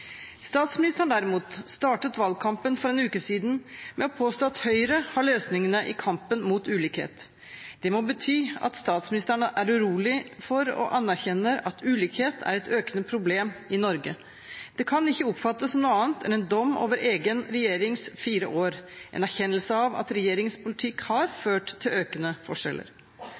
Statsministeren, derimot, startet valgkampen for en uke siden med å påstå at Høyre har løsningene i kampen mot ulikhet. Det må bety at statsministeren er urolig for og anerkjenner at ulikhet er et økende problem i Norge. Det kan ikke oppfattes som noe annet enn en dom over egen regjerings fire år – en erkjennelse av at regjeringens politikk har ført til økende forskjeller.